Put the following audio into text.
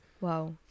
wow